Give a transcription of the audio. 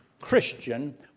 Christian